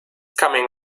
coming